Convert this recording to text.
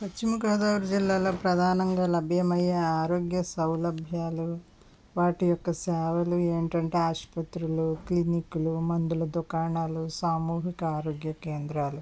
పశ్చిమగోదావరి జిల్లాలో ప్రధానంగా లభ్యమయ్యే ఆరోగ్య సౌలభ్యాలు వాటి యొక్క సేవలు ఏంటంటే ఆసుపత్రులు క్లినిక్లు మందుల దుకాణాలు సామూహిక ఆరోగ్య కేంద్రాలు